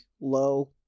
low